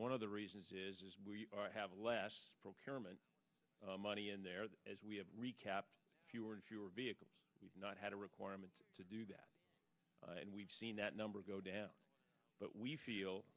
one of the reasons is we have less procurement money in there that as we have recap fewer and fewer vehicles not had a requirement to do that and we've seen that number go down but we feel